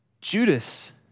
Judas